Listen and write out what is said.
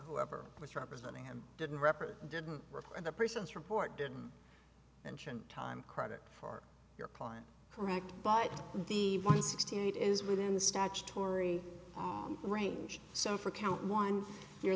whoever was representing him didn't record didn't require the person's report didn't mention time credit for your client correct but the white sixty eight is within the statutory range so for count one you're